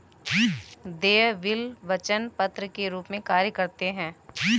देय बिल वचन पत्र के रूप में कार्य करते हैं